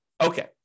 Okay